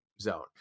zone